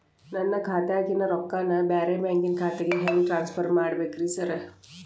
ನನ್ನ ಖಾತ್ಯಾಗಿನ ರೊಕ್ಕಾನ ಬ್ಯಾರೆ ಬ್ಯಾಂಕಿನ ಖಾತೆಗೆ ಹೆಂಗ್ ಟ್ರಾನ್ಸ್ ಪರ್ ಮಾಡ್ಬೇಕ್ರಿ ಸಾರ್?